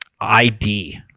ID